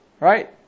Right